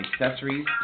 accessories